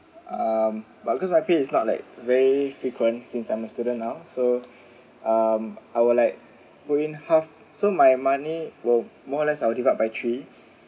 um but because our pay is not like very frequent since I'm a student now so um I'll like put in half so my money will more or less I will divide by three